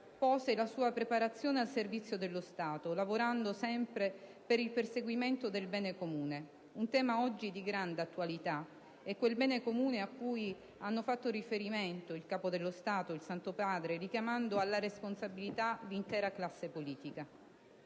pose la sua preparazione al servizio dello Stato, lavorando sempre per il perseguimento del "bene comune", un tema oggi di grande attualità: è quel bene comune a cui hanno fatto riferimento il Capo dello Stato e il Santo Padre, richiamando alla responsabilità l'intera classe politica.